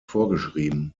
vorgeschrieben